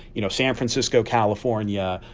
you know, san francisco, calif, ah and yeah